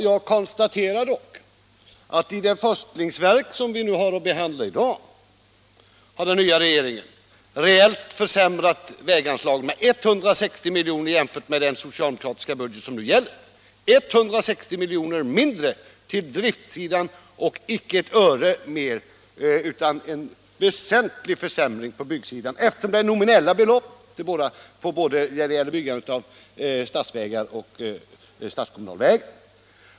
Jag konstaterar dock att i det förstlingsverk som vi har att behandla i dag har den nya regeringen reellt försämrat vägverkets anslag med 160 miljoner jämfört med den socialdemokratiska budget som nu gäller. Det är 160 miljoner mindre till driftsidan och icke ett öre mer utan en väsentlig försämring på byggsidan enligt de nominella beloppen när det gäller byggande av statsvägar och statskommunala vägar.